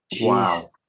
Wow